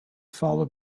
followed